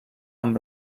amb